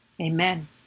amen